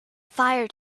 fire